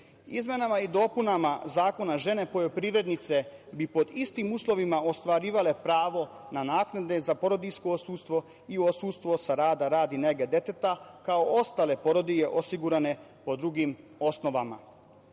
Srbije. Izmenama i dopunama zakona, žene poljoprivrednice bi pod istim uslovima ostvarivale pravo na naknade za porodiljsko odsustvo i odsustvo sa rada radi nege deteta, kao i ostale porodilje osigurane po drugim osnovama. Takođe,